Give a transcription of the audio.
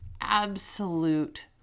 absolute